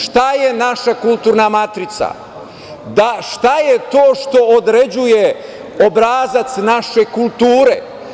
Šta je naša kulturna matrica, šta je to što određuje obrazac naše kulture?